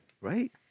right